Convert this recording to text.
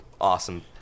awesome